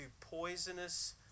poisonous